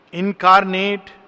incarnate